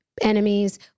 enemies